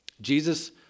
Jesus